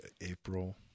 April